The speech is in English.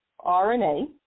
RNA